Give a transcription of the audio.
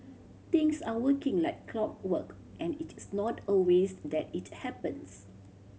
things are working like clockwork and it is not always that it happens